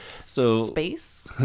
Space